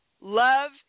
Love